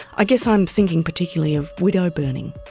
i guess i'm thinking particularly of widow burning.